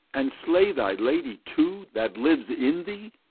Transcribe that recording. and slay thy lady, too, that lives in thee,